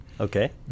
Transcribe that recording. Okay